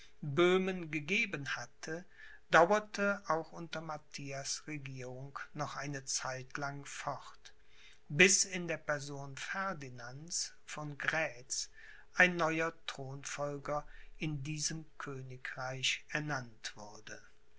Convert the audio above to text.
böhmen gegeben hatte dauerte auch unter matthias regierung noch eine zeit lang fort bis in der person ferdinands von grätz ein neuer thronfolger in diesem königreich ernannt wurde